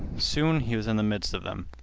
soon he was in the midst of them.